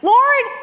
Lord